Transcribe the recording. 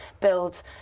build